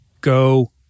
Go